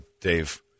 Dave